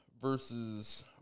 versus